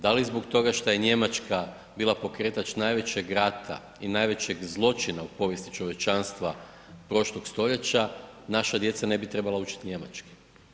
Da li zbog toga šta je Njemačka bila pokretač najvećeg rata i najvećeg zločina u povijesti čovječanstva prošlog stoljeća, naša djeca ne bi trebala učiti njemački.